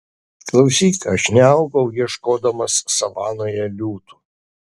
klausyk aš neaugau ieškodamas savanoje liūtų